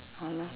!hannor!